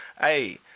hey